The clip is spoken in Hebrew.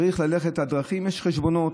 לדרכים יש חשבונות.